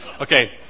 Okay